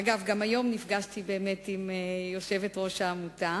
אגב, גם היום נפגשתי עם יושבת-ראש העמותה,